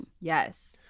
Yes